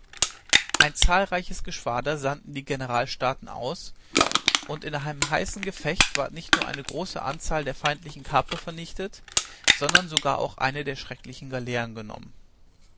ein zahlreiches geschwader sandten die generalstaaten aus und in einem heißen gefecht ward nicht nur eine große anzahl der feindlichen kaper vernichtet sondern sogar auch eine der schrecklichen galeeren genommen